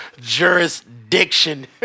Jurisdiction